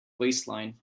waistline